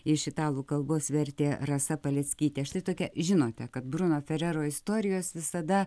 iš italų kalbos vertė rasa paleckytė štai tokia žinote kad bruno ferero istorijos visada